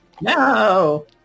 No